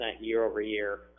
year-over-year